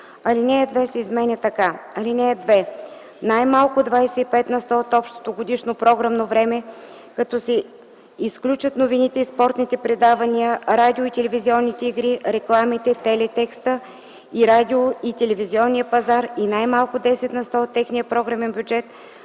Алинея 2 се изменя така: „(2) Най-малко 25 на сто от общото годишно програмно време, като се изключат новините и спортните предавания, радио- и телевизионните игри, рекламите, телетекстът, и радио- и телевизионния пазар и най-малко 10 на сто от техния програмен бюджет